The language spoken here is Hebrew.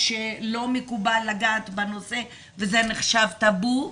שלא מקובל לגעת בנושא וזה נחשב טאבו,